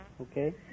Okay